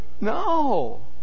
no